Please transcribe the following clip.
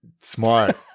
smart